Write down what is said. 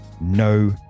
no